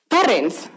Parents